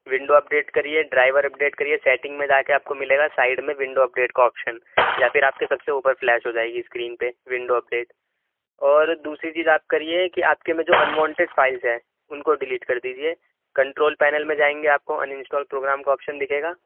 window update کریے driver update کریے setting میں جا کے آپ کو ملے گا سائیڈ میں ونڈو اپ ڈیٹ کا آپشن یا پھر آپ کی سب سے اوپر فلیش ہو جائے گی اسکرین پہ ونڈو اپ ڈیٹ اور دوسری چیز آپ کریے کہ آپ کے میں جو ان وانٹیڈ فائلز ہیں ان کو ڈلیٹ کر دیجیے کنٹرول پینل میں جائیں گے آپ کو ان انسٹال پروگرام کا آپشن دکھے گا